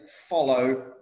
follow